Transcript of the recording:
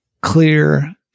clear